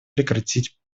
прекратить